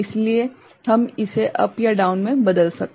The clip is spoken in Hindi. इसलिए हम इसे अप या डाउन में बदल सकते हैं